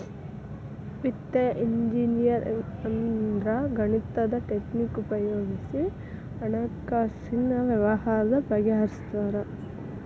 ವಿತ್ತೇಯ ಇಂಜಿನಿಯರಿಂಗ್ ಅಂದ್ರ ಗಣಿತದ್ ಟಕ್ನಿಕ್ ಉಪಯೊಗಿಸಿ ಹಣ್ಕಾಸಿನ್ ವ್ಯವ್ಹಾರಾನ ಬಗಿಹರ್ಸ್ತಾರ